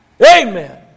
Amen